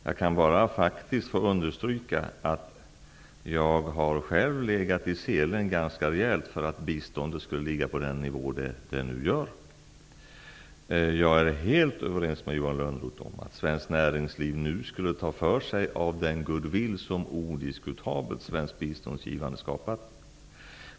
Låt mig bara faktiskt understryka att jag själv har legat i selen ganska rejält för att biståndet skall ligga på den nivå som det nu har. Jag är helt överens med Johan Lönnroth om att svenskt näringsliv nu borde ta till sig av den goodwill som svenskt biståndsgivande odiskutabelt har skapat.